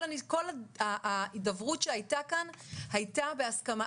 כל ההידברות כאן היתה בהסכמה,